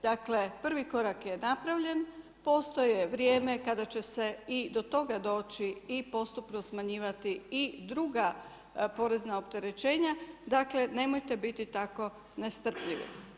Dakle, prvi korak je napravljen, postoje vrijeme kada će si do toga doći i postupno smanjivati i druga porezna opterećenja, dakle, nemojte biti tako nestrpljivi.